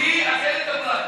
כי איילת אמרה.